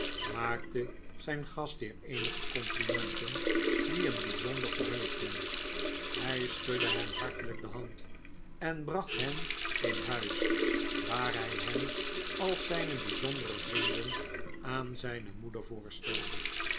maakte zijn gastheer eenige complimenten die hem bijzonder verheugden hij schudde hem hartelijk de hand en bracht hen in huis waar hij hen als zijne bijzondere vrienden aan zijne moeder voorstelde